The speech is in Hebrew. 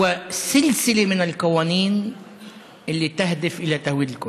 מדובר בסדרה של חוקים שמטרתם לייהד את ירושלים.)